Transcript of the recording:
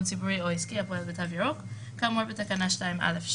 ציבורי או עסקי הפועל ב"תו ירוק" כאמור בתקנה 2(א)(2),